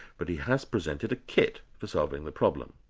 but he has presented a kit for solving the problem.